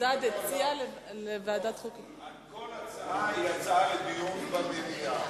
כל הצעה היא הצעה לדיון במליאה,